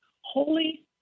holy